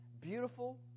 beautiful